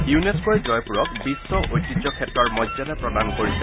ইউনেস্ক'ই জয়পুৰত বিশ্ব ঐতিহ্য ক্ষেত্ৰৰ মৰ্যাদা প্ৰদান কৰিছে